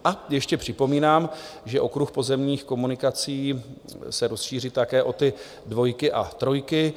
A ještě připomínám, že okruh pozemních komunikací se rozšíří také o ty dvojky a trojky.